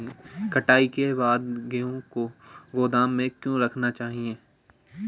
कटाई के बाद गेहूँ को गोदाम में क्यो रखना चाहिए?